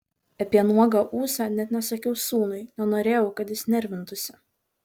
apie nuogą ūsą net nesakiau sūnui nenorėjau kad jis nervintųsi